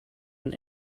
than